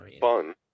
Fun